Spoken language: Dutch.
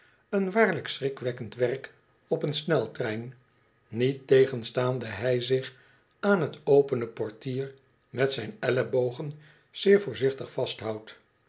een waarlijk schrikwekkend werk op een sneltrein niettegenstaande hij zich aan t opene portier met zijn ellebogen zeer voorzichtig vasthoudt